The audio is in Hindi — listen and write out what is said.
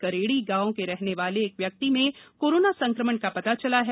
करेड़ी गांव के रहने वाले एक व्यक्ति में कोरोना संक्रमण का पता चला है